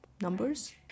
numbers